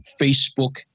Facebook